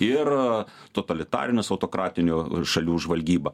ir totalitarinės autokratinių šalių žvalgyba